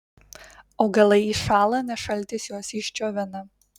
augalai iššąla nes šaltis juos išdžiovina